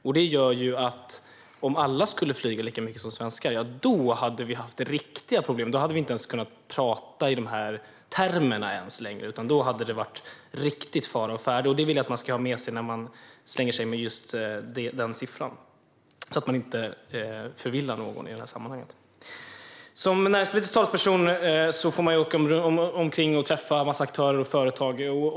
Om alla skulle flyga lika mycket som svenskar skulle vi därför ha riktiga problem. Då hade vi inte ens kunnat prata i de här termerna längre, utan då hade det varit riktig fara å färde. Det vill jag att man ska ha med sig när man slänger sig med just den siffran så att man inte förvillar någon i det sammanhanget. Som näringspolitisk talesperson får man åka omkring och träffa en massa aktörer och företag.